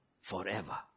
Forever